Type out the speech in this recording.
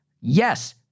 Yes